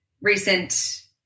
recent